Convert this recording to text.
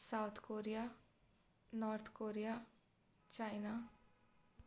South Korea North Korea China